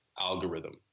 algorithm